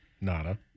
nada